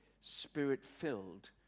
spirit-filled